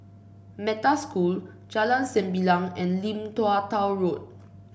Metta School Jalan Sembilang and Lim Tua Tow Road